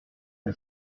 dix